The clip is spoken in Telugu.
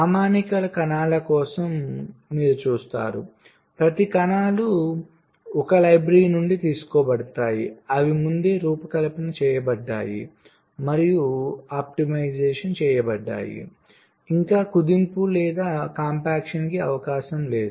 ప్రామాణిక కణాల కోసం మీరు చూస్తారు ప్రతి కణాలు ఒక లైబ్రరీ నుండి తీసుకోబడతాయి అవి ముందే రూపకల్పన చేయబడ్డాయి మరియు ఆప్టిమైజ్ చేయబడ్డాయి ఇంకా కుదింపు లేదా కాంపాక్షన్కి అవకాశం లేదు